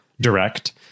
direct